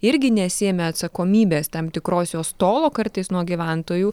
irgi nesiėmė atsakomybės tam tikros jos tolo kartais nuo gyventojų